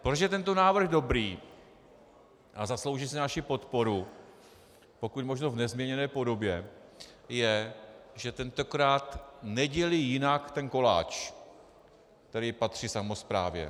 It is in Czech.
Proč je tento návrh dobrý a zaslouží si naši podporu pokud možno v nezměněné podobě, je, že tentokrát nedělí jinak ten koláč, který patří samosprávě.